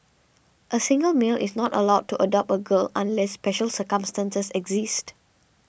a single male is not allowed to adopt a girl unless special circumstances exist